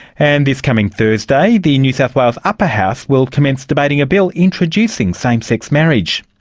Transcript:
and this coming thursday the new south wales upper house will commence debating a bill introducing same-sex marriage.